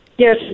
Yes